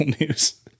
news